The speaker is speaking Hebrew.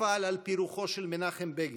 אפעל על פי רוחו של מנחם בגין,